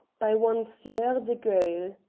by one sieur de guille.